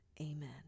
Amen